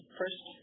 first